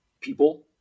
people